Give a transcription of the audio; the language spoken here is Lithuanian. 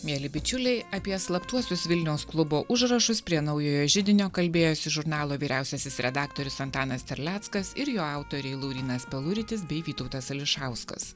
mieli bičiuliai apie slaptuosius vilniaus klubo užrašus prie naujojo židinio kalbėjosi žurnalo vyriausiasis redaktorius antanas terleckas ir jo autoriai laurynas peluritis bei vytautas ališauskas